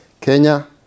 Kenya